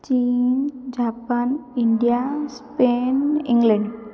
China Japan India Spain England